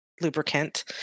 lubricant